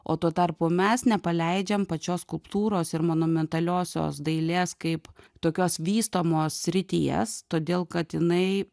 o tuo tarpu mes nepaleidžiam pačios skulptūros ir monumentaliosios dailės kaip tokios vystomos srities todėl kad jinai